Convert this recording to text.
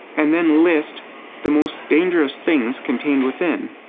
and then list the most dangerous things contained within.